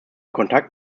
kontakt